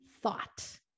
thought